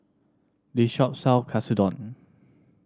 this shop sell Katsudon